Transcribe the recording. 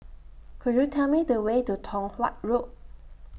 Could YOU Tell Me The Way to Tong Watt Road